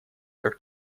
как